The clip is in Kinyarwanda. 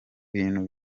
bintu